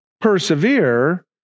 persevere